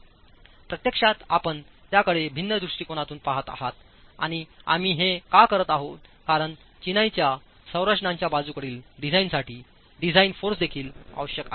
प्रत्यक्षात आपण त्याकडेभिन्न दृष्टिकोनातूनपहात आहातआणि आम्ही हे का करीत आहोत कारण चिनाईच्या संरचनेच्या बाजूकडील डिझाइनसाठी डिझाइन फोर्स देखील आवश्यक आहे